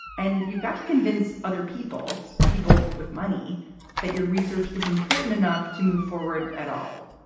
and you've got to convince other people. people with money that your research is important enough to move forward at all.